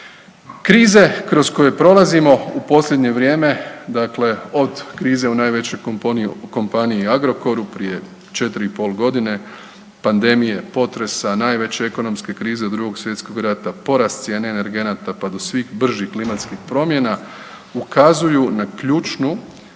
Krize kroz koje prolazimo u posljednje vrijeme, dakle od krize u najvećoj kompaniji Agrokoru prije 4,5 godine, pandemije, potresa, najveće ekonomske krize od II. svjetskog rata, porast cijene energenata pa do svih bržih klimatskih promjena, ukazuju na ključnu